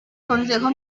consejo